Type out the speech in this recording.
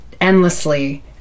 endlessly